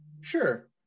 sure